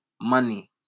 money